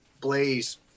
Blaze